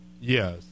Yes